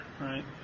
right